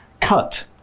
cut